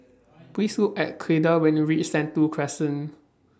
Please Look At Clyda when YOU REACH Sentul Crescent